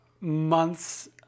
months